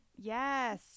Yes